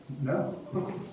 No